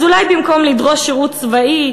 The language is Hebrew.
אז אולי במקום לדרוש שירות צבאי,